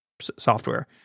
software